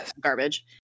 Garbage